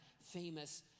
famous